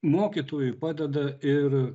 mokytojui padeda ir